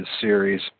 series